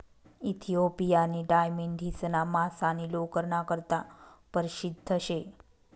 इथिओपियानी डाय मेढिसना मांस आणि लोकरना करता परशिद्ध शे